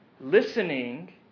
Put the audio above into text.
Listening